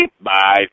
bye